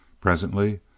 Presently